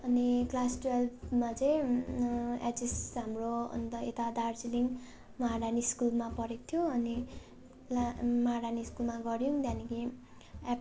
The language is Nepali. अनि क्लास ट्वेल्भमा चाहिँ एचएस हाम्रो अन्त यता दार्जिलिङ महारानी स्कुलमा परेको थियो अनि ला महारानी स्कुलमा गर्यौँ त्यहाँदेखि एप